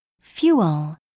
fuel